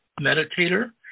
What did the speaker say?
meditator